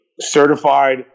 certified